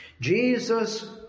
Jesus